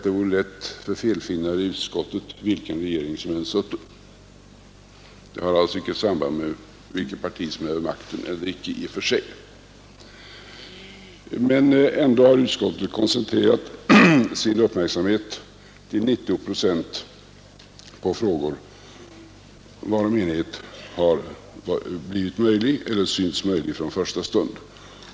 Det vore lätt för felfinnare i utskottet vilken regering som än sutte — det har alltså i och för sig icke samband med vilket parti som är vid makten. Men ändå har utskottet koncentrerat sin uppmärksamhet till 90 procent på frågor varom enighet har blivit möjlig eller synts möjlig från första stund.